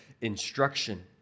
instruction